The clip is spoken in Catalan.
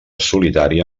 solitària